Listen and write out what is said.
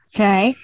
Okay